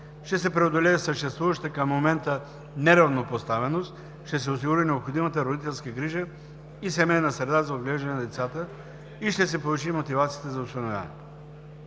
ще се преодолее съществуващата към момента неравнопоставеност, ще се осигури необходимата родителска грижа и семейна среда за отглеждане на децата и ще се повиши мотивацията за осиновяване.